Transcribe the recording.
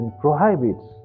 prohibits